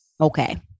Okay